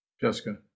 Jessica